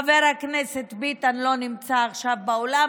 חבר הכנסת ביטן לא נמצא עכשיו באולם,